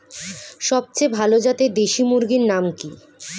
সবচেয়ে ভালো জাতের দেশি মুরগির নাম কি?